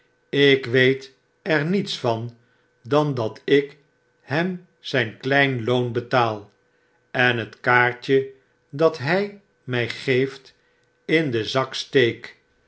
ik weet er niets van dan dat ik hem zyn klein loon betaal en het kaartje dat hij mjj geeft in den zak steek